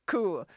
Cool